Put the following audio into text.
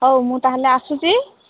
ହଉ ମୁଁ ତା'ହେଲେ ଆସୁଛି